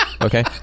okay